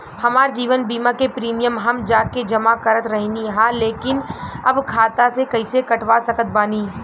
हमार जीवन बीमा के प्रीमीयम हम जा के जमा करत रहनी ह लेकिन अब खाता से कइसे कटवा सकत बानी?